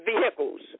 vehicles